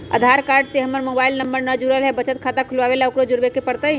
आधार card से हमर mobile number न जुरल है त बचत खाता खुलवा ला उकरो जुड़बे के पड़तई?